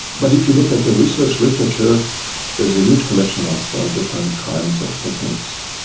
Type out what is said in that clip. but if you look at the research literature there is a huge collection of different kinds of techniques.